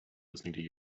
listening